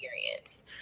experience